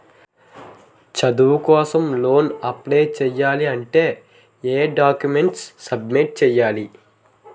చదువు కోసం loan apply చేయాలి అంటే ఎం డాక్యుమెంట్స్ సబ్మిట్ చేయాలి?